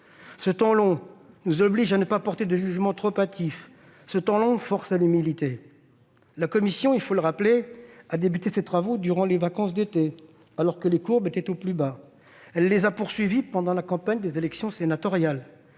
Ce temps long nous oblige à ne pas porter de jugement trop hâtif. Ce temps long force à l'humilité. Il faut rappeler que la commission d'enquête a commencé ses travaux durant les vacances d'été, alors que les courbes étaient au plus bas. Elle les a poursuivis pendant la campagne des élections sénatoriales.